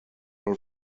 all